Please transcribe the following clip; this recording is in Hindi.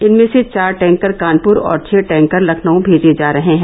इनमें से चार टैंकर कानपुर और छ टैंकर लखनऊ भेजे जा रहे हैं